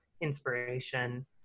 inspiration